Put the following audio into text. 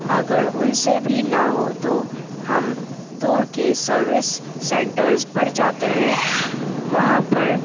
اگر ان سے بھی نہ ہو تو ہم دور کے سروس سنٹرز پر جاتے ہیں وہاں پر